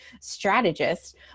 strategist